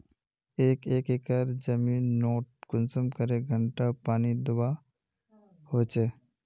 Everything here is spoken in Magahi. एक एकर जमीन नोत कुंसम करे घंटा पानी दुबा होचए?